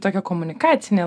tokia komunikacinė